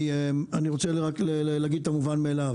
אני רוצה להגיד את המובן מאליו,